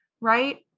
right